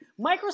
Microsoft